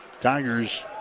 Tigers